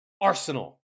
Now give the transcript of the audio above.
Arsenal